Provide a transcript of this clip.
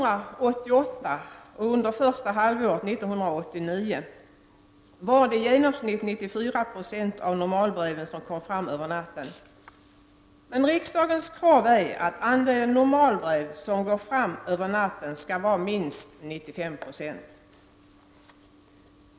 normalbreven som kom fram över natten. Men riksdagens krav är att andelen normalbrev som går fram över natten skall vara minst 95 90.